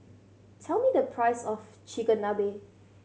tell me the price of Chigenabe